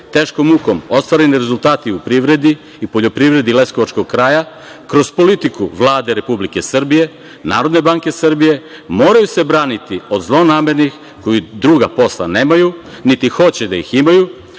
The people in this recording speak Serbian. teškom mukom ostvareni rezultati u privredi i poljoprivredi leskovačkog kraja, kroz politiku Vlade Republike Srbije, Narodne banke Srbije, moraju se braniti od zlonamernih koji druga posla nemaju niti hoće da ih imaju,